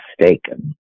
mistaken